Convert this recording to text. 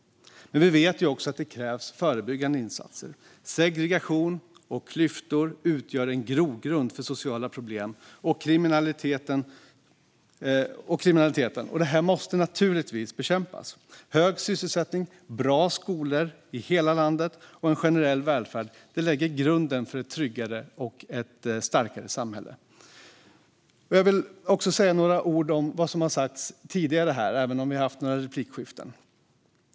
Vi vet dock att det också krävs förebyggande insatser. Segregation och klyftor utgör en grogrund för sociala problem och kriminalitet som måste bekämpas. Hög sysselsättning, bra skolor i hela landet och en generell välfärd lägger grunden för ett tryggare och starkare samhälle. Jag vill också säga några ord om vad som har sagts tidigare här, även om vi haft några replikskiften.